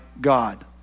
God